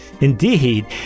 Indeed